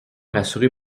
rassuré